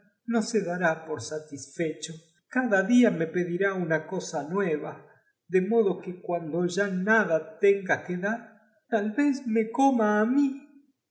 instru se dará por satisfecho y cada día me pemento de ese género mandaron por una dirá una cosa nueva de modo que cuando buena ratonera á casa del padri no dros ya nada tenga que dar tal vez mo coma á y